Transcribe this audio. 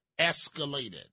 escalated